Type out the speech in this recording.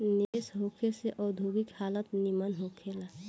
निवेश होखे से औद्योगिक हालत निमन होखे ला